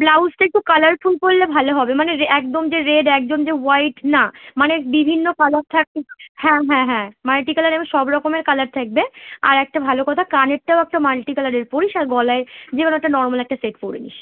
ব্লাউজটা একটু কালারফুল পরলে ভালো হবে মানে একদম যে রেড একদম যে হোয়াইট না মানে বিভিন্ন কালার থাকবে হ্যাঁ হ্যাঁ হ্যাঁ মাল্টিকালার এ সব রকমের কালার থাকবে আর একটা ভালো কথা কানেরটাও একটা মাল্টিকালারের পরিস আর গলায় যেরম একটা নর্মাল একটা সেট পরিস